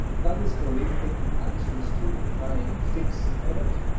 that is for really taking actions to try and fix errors.